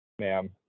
Ma'am